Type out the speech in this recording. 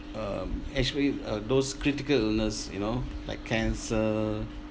um actually uh those critical illness you know like cancer